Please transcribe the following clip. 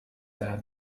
their